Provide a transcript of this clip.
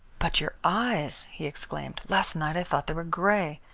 but your eyes! he exclaimed. last night i thought they were grey.